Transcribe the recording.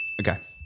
Okay